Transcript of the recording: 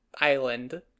Island